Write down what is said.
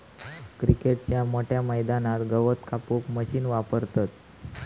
क्रिकेटच्या मोठ्या मैदानात गवत कापूक मशीन वापरतत